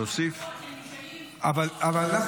לפחות לי יש כוח עליון, אבל פה אתם משנים הכול.